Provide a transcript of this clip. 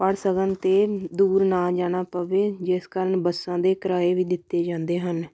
ਪੜ੍ਹ ਸਕਣ ਅਤੇ ਦੂਰ ਨਾ ਜਾਣਾ ਪਵੇ ਜਿਸ ਕਾਰਨ ਬੱਸਾਂ ਦੇ ਕਿਰਾਏ ਵੀ ਦਿੱਤੇ ਜਾਂਦੇ ਹਨ